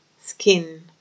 skin